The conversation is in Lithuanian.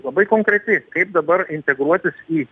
labai konkreti kaip dabar integruotis į